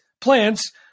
plants